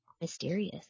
Mysterious